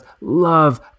love